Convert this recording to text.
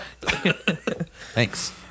Thanks